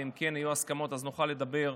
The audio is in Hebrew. ואם כן יהיו הסכמות אז נוכל לדבר.